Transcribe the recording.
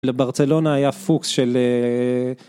לברצלונה היה פוקס של...